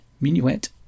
Minuet